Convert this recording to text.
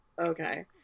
okay